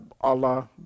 Allah